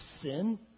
sin